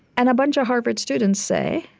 and a bunch of harvard students say,